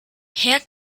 herr